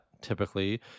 typically